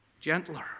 gentler